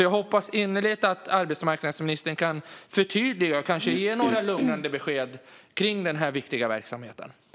Jag hoppas innerligt att arbetsmarknadsministern kan förtydliga och ge några lugnande besked om denna viktiga verksamhet.